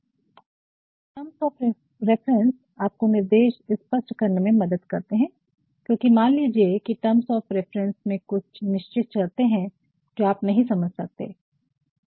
और फिर ये टर्म्स ऑफ़ रेफरन्स आपको निर्देश स्पष्ट करने में मदद करते है क्योकि मान लीजिये कि टर्म्स ऑफ़ रिफरेन्स में कुछ निश्चित शर्ते है जो आप नहीं समझ सकते है